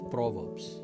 Proverbs